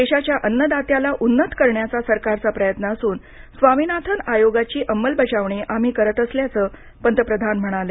देशाच्या अन्नदात्याला उन्नत करण्याचा सरकारचा प्रयत्न असून स्वामीनाथन आयोगाची अंमलबजावणी आम्ही करत असल्याचं पंतप्रधान म्हणाले